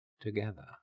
together